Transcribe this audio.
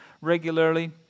regularly